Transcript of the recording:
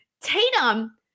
Tatum